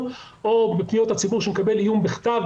או בפניות הציבור כשהוא מקבל איום בכתב,